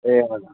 ए हजुर